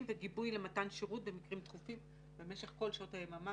וגיבוי למתן שירות במקרים דחופים במשך כל שעות היממה,